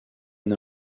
une